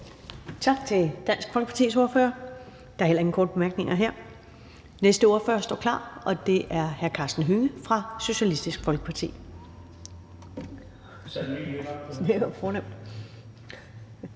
Tak til Dansk Folkepartis ordfører. Der er heller ingen korte bemærkninger her. Den næste ordfører står klar, og det er hr. Karsten Hønge fra Socialistisk Folkeparti.